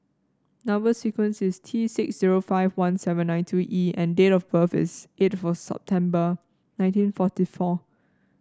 number sequence is T six zero five one seven nine two E and date of birth is eighth September nineteen forty four